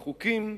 בחוקים,